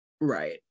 Right